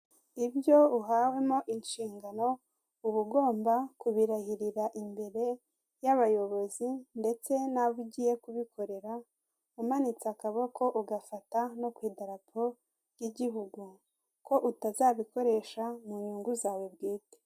Ibyo uhawemo inshingano uba ugomba kubirahirira imbere y'abayobozi ndetse n'abo ugiye kubikorera, umanitse akaboko ugafata no ku idarapo ry'igihugu, ko utazabikoresha mu nyungu zawe bwite.